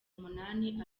umunani